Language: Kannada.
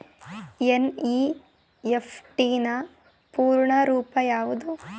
ಎನ್.ಇ.ಎಫ್.ಟಿ ನ ಪೂರ್ಣ ರೂಪ ಯಾವುದು?